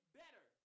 better